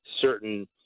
certain